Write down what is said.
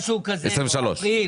משהו כזה, או אפריל.